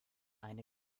eine